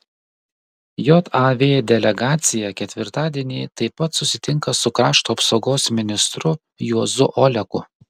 jav delegacija ketvirtadienį taip pat susitinka su krašto apsaugos ministru juozu oleku